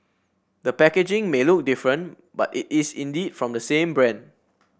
the packaging may look different but it is indeed from the same brand